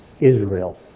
Israel